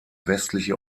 westliche